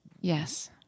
Yes